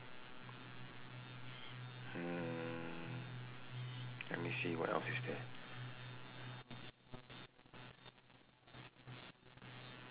mm let me see what else is there